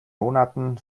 monaten